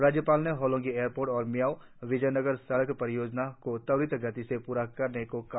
राज्यपाल ने होलोंगी एयरपोर्ट और मियाओ विजोयनगर सड़क परियोजना को त्वरित गति से पूरा करने को कहा